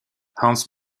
hans